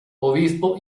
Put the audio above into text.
obispo